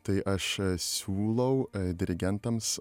tai aš siūlau dirigentams